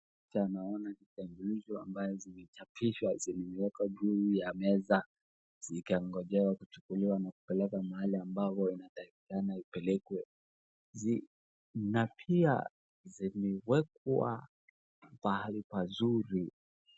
Hii picha naona vitambulisho ambazo zimechapishwa, zimewekwa juu ya meza zikingoja kuchukuliwa na kupelekwa mahali ambapo inatakikana ipelekwe. Na pia zimewekwa pahali pazuri.